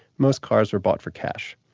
most cars were bought for cash,